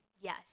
Yes